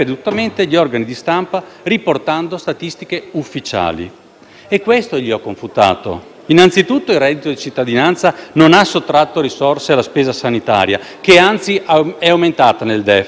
E questo gli ho confutato. Innanzitutto, il reddito di cittadinanza non ha sottratto risorse alla spesa sanitaria, che anzi è aumentata nel DEF, ma poi è vero il contrario: insieme alla dignità,